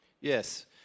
Yes